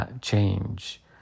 change